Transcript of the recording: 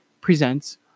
presents